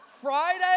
Friday